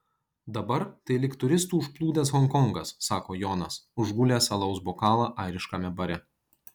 dabar tai lyg turistų užplūdęs honkongas sako jonas užgulęs alaus bokalą airiškame bare